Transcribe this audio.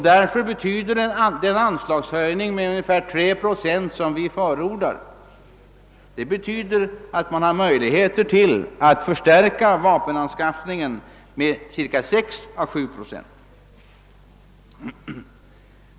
Därför betyder den anslagshöjning med ungefär 3 procent som vi förordar, att man har möjlighet att öka medlen till vapenanskaffningen med 6 å 7 procent.